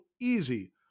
easy